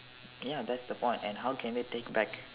ya that's the point and how can they take back